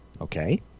Okay